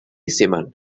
simon